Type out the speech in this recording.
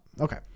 okay